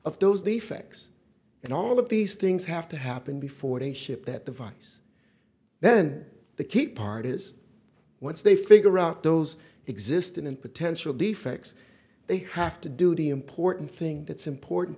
effects and all of these things have to happen before they ship that device then the key part is once they figure out those exist and potential defects they have to do the important thing that's important